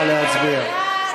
נא להצביע.